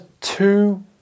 two